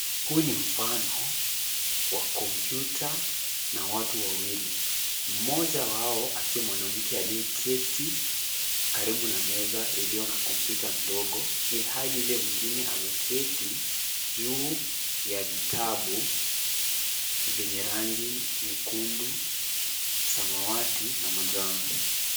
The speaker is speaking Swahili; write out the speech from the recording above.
Huu ni mfano wa kompyuta na watu wawili. Mmoja wao akiwa mwanamke aliyeketi karibu na meza iliyo na kompyuta ndogo ilhali yule mwingine ameketi juu ya vitabu vyenye rangi nyekundu, samawati na manjano.